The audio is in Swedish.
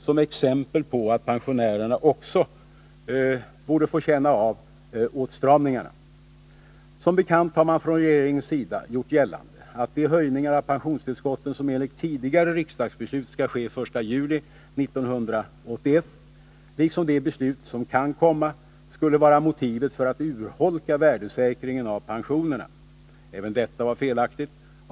som exempel på att pensionärerna också borde få känna av åtstramningarna. Som bekant har man från regeringens sida gjort gällande att de höjningar av pensionstillskotten som enligt tidigare riksdagsbeslut skall ske 1 juli 1981, liksom de beslut som kan komma, skulle vara motiv för att urholka värdesäkringen av pensionerna. Även detta var felaktigt.